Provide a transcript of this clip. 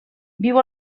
viu